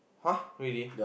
!huh! really